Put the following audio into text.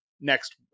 next